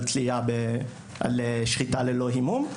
על שחיטה ללא הימום,